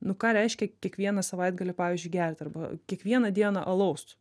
nu ką reiškia kiekvieną savaitgalį pavyzdžiui gerti arba kiekvieną dieną alaus